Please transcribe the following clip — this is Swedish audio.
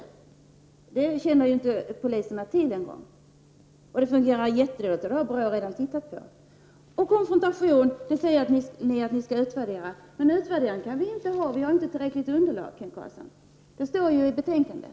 Poliserna känner inte ens till att det förekommer ett sådant arbete. Det här fungerar alltså mycket dåligt. BRÅ har redan studerat dessa förhållanden. När det gäller konfrontationerna säger Kent Carlsson att den verksamheten skall utvärderas. Men det går inte att göra en utvärdering, eftersom det inte finns ett tillräckligt underlag. Det står ju också i betänkandet.